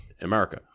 america